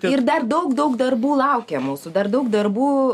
ir dar daug daug darbų laukia mūsų dar daug darbų